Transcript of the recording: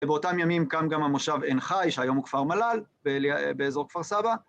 ובאותם ימים קם גם המושב עין חי, שהיום הוא כפר מל"ל, באזור כפר סבא.